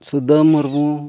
Suda Murmu